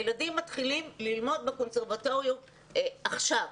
הילדים מתחילים ללמוד בקונסרבטוריון עכשיו.